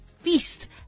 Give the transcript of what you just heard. feast